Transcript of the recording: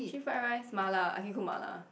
actually fried rice mala I can cook mala